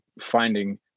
finding